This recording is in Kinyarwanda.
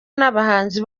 n’abahanzi